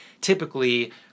typically